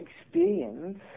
experience